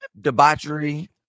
debauchery